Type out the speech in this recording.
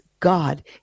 God